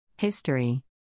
History